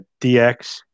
DX